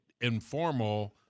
informal